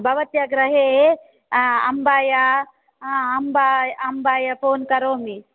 भवत्या गृहे अम्बाया अम्ब अम्बाय फोन् करोमि